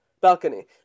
Balcony